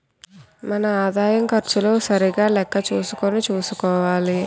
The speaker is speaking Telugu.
మన ఆదాయం ఖర్చులు సరిగా లెక్క చూసుకుని చూసుకోవాలి